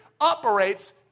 operates